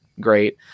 great